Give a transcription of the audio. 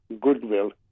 goodwill